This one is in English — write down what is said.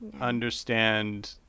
understand